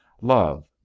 love